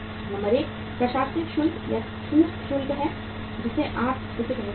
number एक प्रशासनिक शुल्क या छूट शुल्क है जिसे आप इसे कह सकते हैं